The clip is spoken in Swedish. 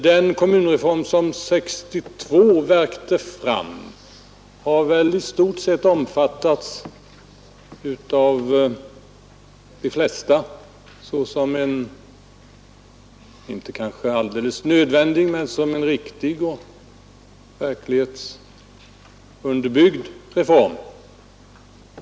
Den kommunreform som 1962 värkte fram har väl i stort sett omfattats av de flesta såsom en kanske inte alltid alldeles nödvändig men riktig och verklighetsunderbyggd reform.